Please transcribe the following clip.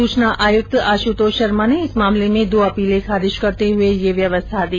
सूचना आयुक्त आशुतोष शर्मा ने इस मामलें में दो अपीले खारिज करते हुए ये व्यवस्था दी